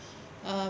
uh